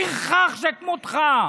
פרחח שכמותך.